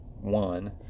One